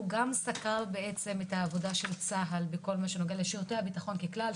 המבקר גם סקר את העבודה של צה"ל בכל הנוגע לשירותי הביטחון בכלל,